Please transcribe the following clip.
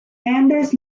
anders